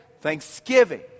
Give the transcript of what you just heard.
thanksgiving